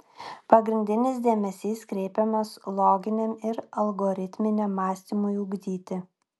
pagrindinis dėmesys kreipiamas loginiam ir algoritminiam mąstymui ugdyti